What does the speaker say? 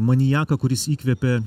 maniaką kuris įkvėpė